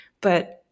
But-